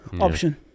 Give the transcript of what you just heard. option